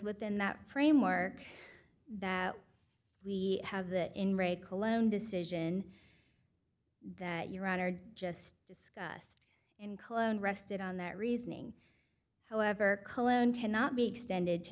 within that framework that we have that in re cologne decision that your honor just discussed in cologne rested on that reasoning however cologne cannot be extended to